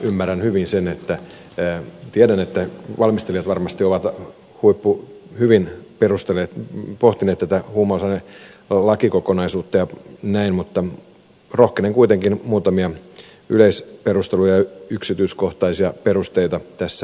ymmärrän hyvin sen ja tiedän että valmistelijat varmasti ovat huippuhyvin pohtineet tätä huumausainelakikokonaisuutta ja näin mutta rohkenen kuitenkin muutamia yleisperusteluja ja yksityiskohtaisia perusteita tässä ottaa esille